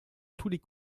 tous